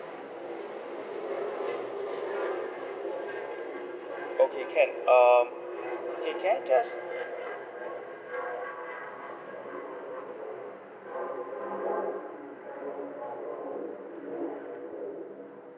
okay can um okay can I just